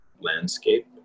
landscape